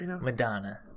Madonna